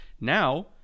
Now